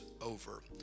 over